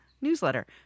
newsletter